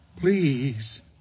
please